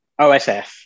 OSF